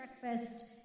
breakfast